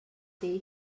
see